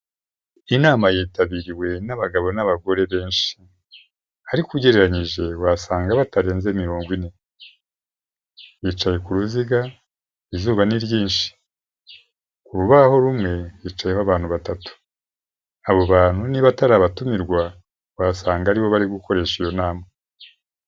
Inama yitabiriwe n'abagabo n'abagore benshi. Ariko ugereranyije wasanga batarenze mirongo ine. Bicaye ku ruziga, izuba ni ryinshi. Ku rubaho rumwe hicayeho abantu batatu. Abo bantu niba atari abatumirwa, wasanga ari bo bari gukoresha iyo nama.